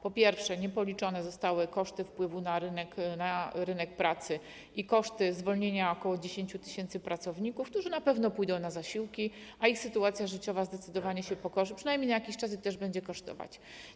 Po pierwsze, niepoliczone zostały koszty wpływu wprowadzanych zmian na rynek pracy i koszty zwolnienia ok. 10 tys. pracowników, którzy na pewno pójdą na zasiłki, a ich sytuacja życiowa zdecydowanie się pogorszy przynajmniej na jakiś czas, co też będzie kosztować.